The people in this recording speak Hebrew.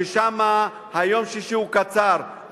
שאז יום שישי הוא קצר,